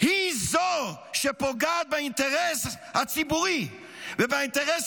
היא זו שפוגעת באינטרס הציבורי ובאינטרס